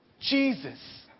Jesus